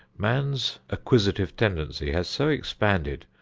man's acquisitive tendency has so expanded,